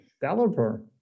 Developer